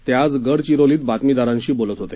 ते आज गडचिरोलीत बातमीदारांशी बोलत होते